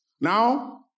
Now